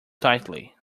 tightly